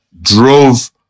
drove